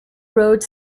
rhodes